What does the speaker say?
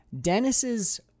Dennis's